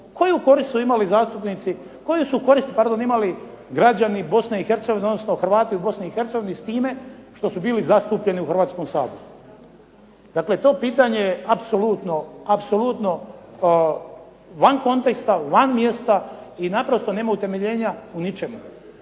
su korist pardon imali građani BiH, odnosno Hrvati u BiH s time što su bili zastupljeni u Hrvatskom saboru?" Dakle, to pitanje je apsolutno, apsolutno van konteksta, van mjesta i naprosto nema utemeljenja u ničemu.